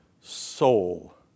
soul